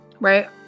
right